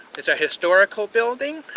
it's a historical building,